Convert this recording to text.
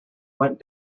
went